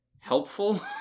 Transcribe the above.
helpful